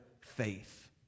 faith